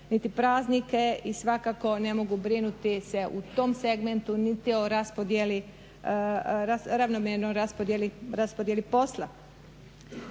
niti praznike i svakako ne mogu brinuti se u tom segmentu niti o raspodjeli, ravnomjernoj raspodjeli posla.